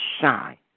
shine